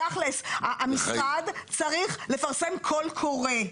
בתכלס המשרד צריך לפרסם קול קורא,